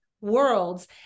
worlds